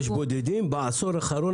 יש בודדים בעשור האחרון,